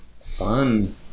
Fun